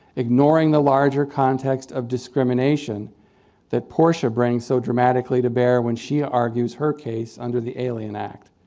ignoring the larger context of discrimination that portia brings so dramatically to bear when she argues her case under the alien act?